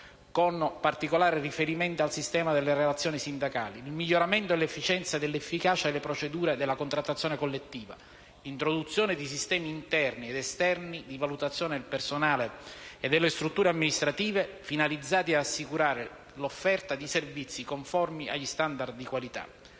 con particolare riferimento al sistema delle relazioni sindacali, il miglioramento dell'efficienza e dell'efficacia delle procedure della contrattazione collettiva, l'introduzione di sistemi interni ed esterni di valutazione del personale e delle strutture amministrative, finalizzati ad assicurare l'offerta di servizi conformi agli *standard* di qualità.